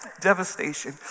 devastation